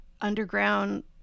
underground